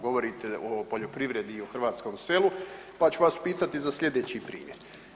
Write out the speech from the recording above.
Govorite o poljoprivredi i o hrvatskom selu pa ću vas pitati za sljedeći primjer.